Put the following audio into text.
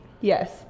Yes